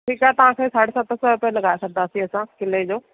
ठीकु आहे तव्हांखे साढी सत सौ रुपया लॻाए छॾिदासीं असां किले जो